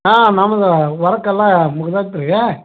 ಹಾಂ ನಮ್ದು ವರ್ಕ್ ಎಲ್ಲ ಮುಗ್ದೈತಿ ರೀ